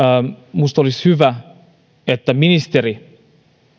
minusta olisi hyvä että ministeri